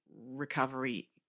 recovery